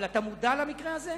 אתה מודע למקרה הזה?